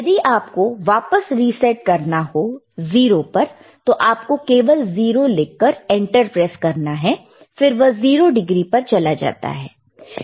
यदि आपको वापस रीसेट करना हो 0 पर तो आपको केवल 0 लिखकर एंटर प्रेस करना है और फिर वह 0 डिग्री पर चला जाता है